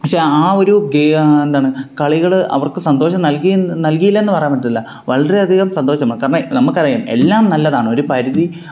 പക്ഷേ ആ ഒരു എന്താണ് കളികള് അവർക്ക് സന്തോഷം നൽകി എന്ന് നൽകിയില്ല എന്ന് പറയാൻ പറ്റത്തില്ല വളരെ അധികം സന്തോഷം കാരണം നമുക്കറിയാം എല്ലാം നല്ലതാണ് ഒരു പരിധി